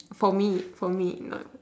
for me for me not